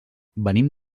venim